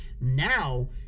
Now